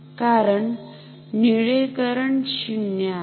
कारण निळे करंट 0 आहे